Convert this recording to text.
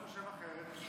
אולי הוא חושב אחרת?